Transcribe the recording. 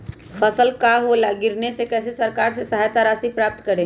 फसल का ओला गिरने से कैसे सरकार से सहायता राशि प्राप्त करें?